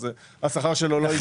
השכר שלו לא יגדל.